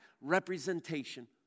representation